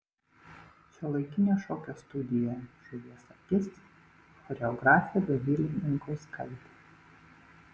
šiuolaikinio šokio studija žuvies akis choreografė dovilė binkauskaitė